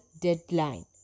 deadline